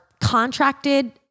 contracted